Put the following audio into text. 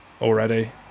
already